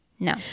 No